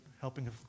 helping